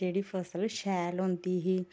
जेह्ड़ी फसल शैल होंदी ही